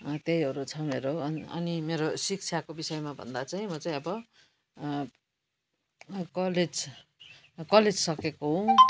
त्यहीहरू छ मेरो अनि मेरो शिक्षाको विषयमा भन्दा चाहिँ म चाहिँ अब कलेज कलेज सकेको हो